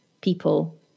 people